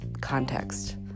context